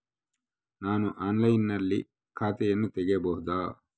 ನಾನು ಆನ್ಲೈನಿನಲ್ಲಿ ಖಾತೆಯನ್ನ ತೆಗೆಯಬಹುದಾ?